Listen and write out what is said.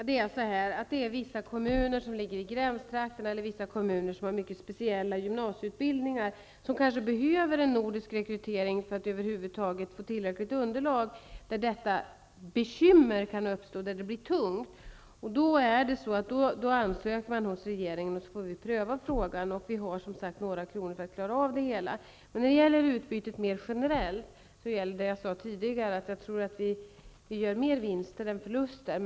Herr talman! Det är i vissa kommuner som ligger i gränstrakterna och i vissa kommuner som har mycket speciella gymnasieutbildningar -- som kanske behöver en nordisk rekrytering för att över huvud taget få tillräckligt underlag -- som detta bekymmer kan uppstå, där det kan bli tungt. Då ansöker man hos regeringen, och så får vi pröva frågan. Vi har som sagt några kronor för att klara av det hela. Men när det gäller utbytet mer generellt gäller det jag sade tidigare: Jag tror att vi gör mer vinster än förluster.